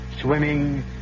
Swimming